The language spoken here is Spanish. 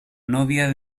novia